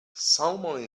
salmon